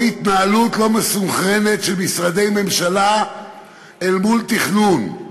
או התנהלות לא מסונכרנת של משרדי ממשלה אל מול תכנון.